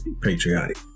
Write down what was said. patriotic